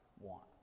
want